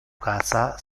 casa